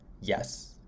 Yes